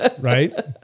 Right